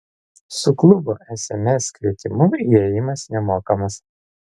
su klubo sms kvietimu įėjimas nemokamas